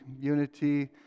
Unity